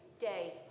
day